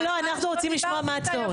לא, לא, אנחנו רוצים לשמוע מה הצורך.